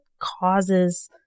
causes